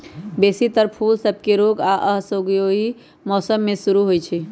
बेशी तर फूल सभके रोग आऽ असहयोगी मौसम में शुरू होइ छइ